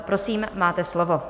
Prosím, máte slovo.